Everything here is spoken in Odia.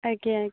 ଆଜ୍ଞା ଆଜ୍ଞା